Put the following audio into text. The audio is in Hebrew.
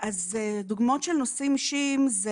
דוגמאות של נושאים אישיים זה